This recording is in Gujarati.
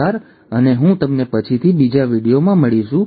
આભાર અને હું તમને પછીથી બીજા વિડિઓમાં મળીશું